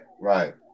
right